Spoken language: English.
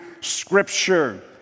Scripture